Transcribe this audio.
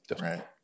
Right